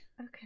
Okay